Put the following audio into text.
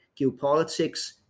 geopolitics